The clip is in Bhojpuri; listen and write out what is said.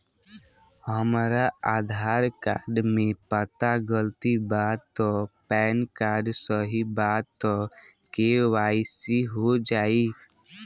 हमरा आधार कार्ड मे पता गलती बा त पैन कार्ड सही बा त के.वाइ.सी हो जायी?